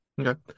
Okay